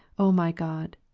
o my god,